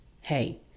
Hey